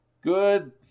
Good